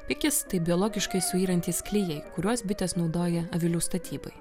pikis tai biologiškai suyrantys klijai kuriuos bitės naudoja avilių statybai